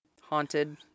haunted